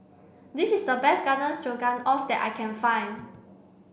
this is the best Garden Stroganoff that I can find